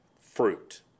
fruit